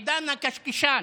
עידן הקשקשן,